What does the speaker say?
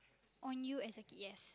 on you as a kid yes